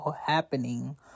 happening